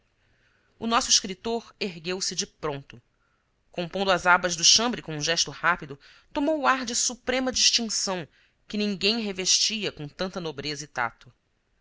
o nosso escritor ergueu-se de pronto compondo as abas do chambre com um gesto rápido tomou o ar de suprema distinção que ninguém revestia com tanta nobreza e tacto